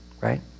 right